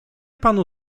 panu